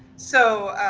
so,